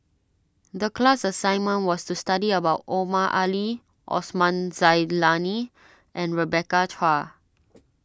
the class assignment was to study about Omar Ali Osman Zailani and Rebecca Chua